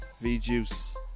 V-juice